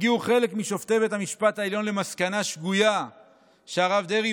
הגיעו חלק משופטי בית המשפט העליון למסקנה שגויה שהרב דרעי